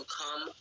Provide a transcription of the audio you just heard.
come